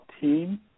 team